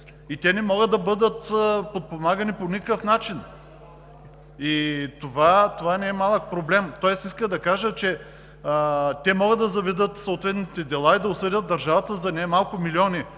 и те не могат да бъдат подпомагани по никакъв начин. Това не е малък проблем. Тоест искам да кажа, че те могат да заведат съответните дела и да осъдят държавата за не малко милиони,